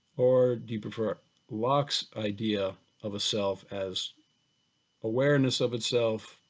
or do you prefer locke's idea of a self as awareness of itself,